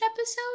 episode